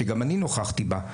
שגם אני נוכחתי בה,